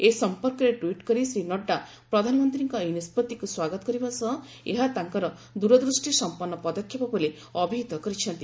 ଏ ସମ୍ପର୍କରେ ଟ୍ୱିଟ୍ କରି ଶ୍ରୀ ନଡ୍ରା ପ୍ରଧାନମନ୍ତ୍ରୀଙ୍କ ଏହି ନିଷ୍ପଭିକ୍ ସ୍ୱାଗତ କରିବା ସହ ଏହା ତାଙ୍କର ଦ୍ୱରଦୃଷ୍ଟିସମ୍ପନ୍ନ ପଦକ୍ଷେପ ବୋଲି ଅଭିହିତ କରିଛନ୍ତି